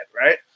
Right